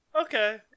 Okay